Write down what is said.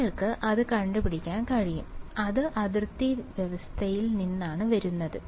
നിങ്ങൾക്ക് അത് കണ്ടുപിടിക്കാൻ കഴിയും അത് അതിർത്തി അവസ്ഥയിൽ നിന്നാണ് വരുന്നത്